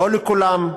לא לכולם.